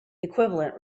equivalent